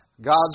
God's